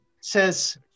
says